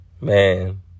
man